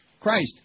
Christ